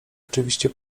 oczywiście